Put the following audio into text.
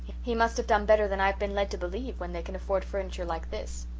he must have done better than i've been led to believe, when they can afford furniture like this.